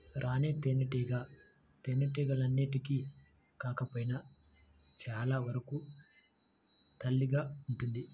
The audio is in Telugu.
రాణి తేనెటీగ తేనెటీగలన్నింటికి కాకపోయినా చాలా వరకు తల్లిగా ఉంటుంది